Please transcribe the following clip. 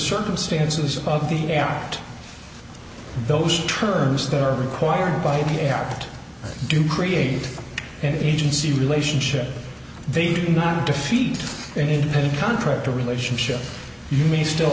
circumstances of the error those terms that are required by the act do create an agency relationship they did not defeat an independent contractor relationship you may still